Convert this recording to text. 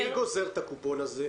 מי גוזר את הקופון הזה?